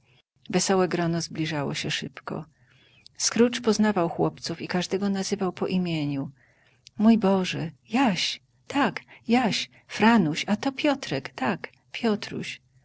wesołe grono zbliżało się szybko scrooge poznawał chłopców i każdego nazywał po imieniu mój boże jaś tak jaś franuś a to piotrek tak piotruś